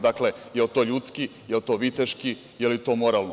Dakle, jel to ljudski, jel to viteški, je li to moralno?